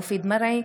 מופיד מרעי,